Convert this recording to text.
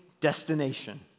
destination